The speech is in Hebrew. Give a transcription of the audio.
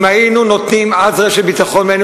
אם היינו נותנים אז רשת ביטחון והיינו